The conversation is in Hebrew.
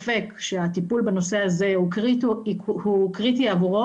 הטיפול בנושא הזה הוא קריטי עבורו,